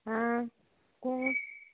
आं कोण